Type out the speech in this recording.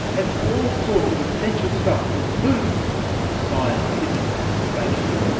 and all sorts of essential stuff, including scientific information.